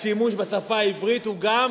השימוש בשפה העברית הוא גם,